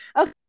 Okay